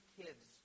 kids